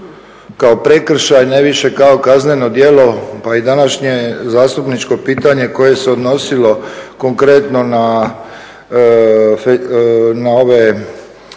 kao prekršaj, ne više kao kazneno djelo. Pa i današnje zastupničko pitanje koje se odnosilo konkretno na ova